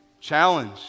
challenge